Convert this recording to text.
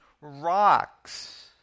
rocks